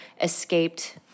escaped